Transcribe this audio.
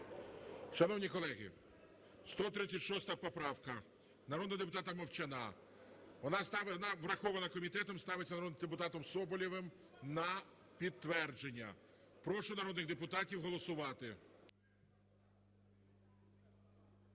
Шановні колеги, 136 поправка народного депутата Мовчана, вона врахована комітетом, ставиться народним депутатом Соболєвим на підтвердження. Прошу народних депутатів голосувати.